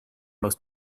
most